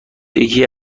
یکی